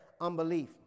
unbelief